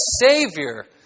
Savior